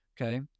Okay